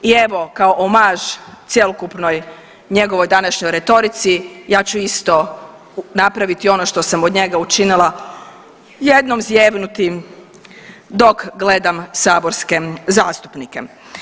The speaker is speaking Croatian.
I evo kao omaž cjelokupnoj njegovoj današnjoj retorici, ja ću isto napraviti ono što sam od njega učinila jednom zijevnuti dok gledam saborske zastupnike.